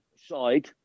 Side